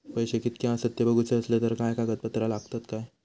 पैशे कीतके आसत ते बघुचे असले तर काय कागद पत्रा लागतात काय?